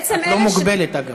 את לא מוגבלת, אגב.